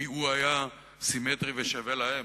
כי הוא היה סימטרי ושווה להם.